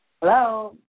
hello